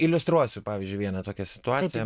iliustruosiu pavyzdžiui vieną tokią situaciją